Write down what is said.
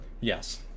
Yes